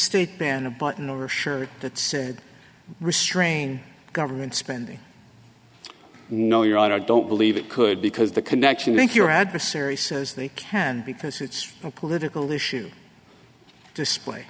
state ban a button or shirt that said restrain government spending no you're right i don't believe it could because the connection if your adversary says they can because it's a political issue display